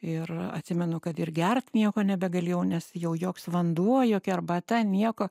ir atsimenu kad ir gert nieko nebegalėjau nes jau joks vanduo jokia arbata nieko